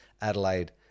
Adelaide